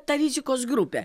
ta rizikos grupė